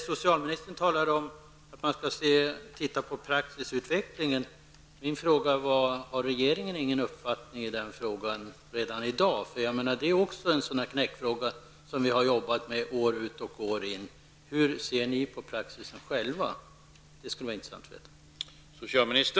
Socialministern säger att man skall se över utvecklingen av praxis. Har regeringen ingen uppfattning i den frågan redan i dag? Det är också en knäckfråga som vi har arbetat med år ut och år in. Hur ser regeringen på praxis själv? Det skulle vara intressant att få veta.